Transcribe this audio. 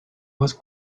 was